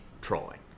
trolling